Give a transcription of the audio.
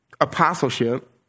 apostleship